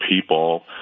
people